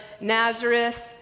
Nazareth